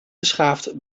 geschaafd